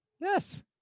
yes